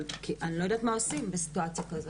אבל אני לא יודעת מה עושים בסיטואציה כזאת.